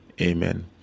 amen